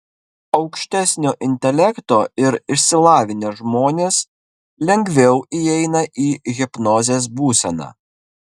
aukštesnio intelekto ir išsilavinę žmonės lengviau įeina į hipnozės būseną